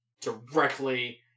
directly